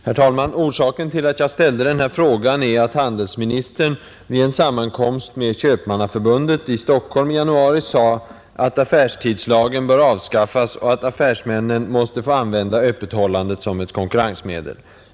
Herr talman! Orsaken till att jag ställde min fråga är att handelsministern vid en sammankomst med Köpmannaförbundet i Stockholm i januari sade att affärstidslagen bör avskaffas och att affärsmännen måste få använda öppethållandet som ett konkurrensmedel.